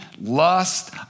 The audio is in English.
lust